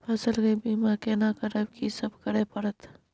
फसल के बीमा केना करब, की सब करय परत?